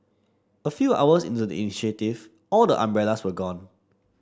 a few hours into the initiative all the umbrellas were gone